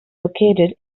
located